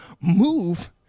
move